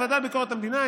הוועדה לביקורת המדינה,